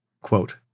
Quote